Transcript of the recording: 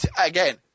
Again